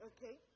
Okay